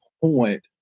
point